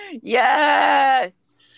yes